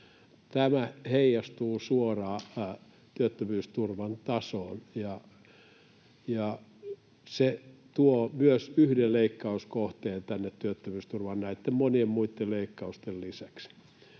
Tämä heijastuu suoraan työttömyysturvan tasoon, ja myös se tuo yhden leikkauskohteen tänne työttömyysturvaan näitten monien muitten leikkausten lisäksi.